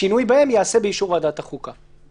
שינוי בהן ייעשה באישור ועדת החוקה.